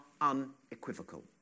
unequivocal